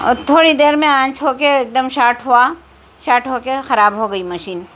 اور تھوڑی دیر میں آنچ ہو کے ایک دم شاٹ ہوا شاٹ ہو کے خراب ہو گئی مشین